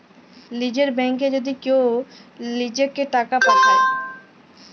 লীযের ব্যাংকে যদি কেউ লিজেঁকে টাকা পাঠায়